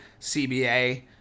CBA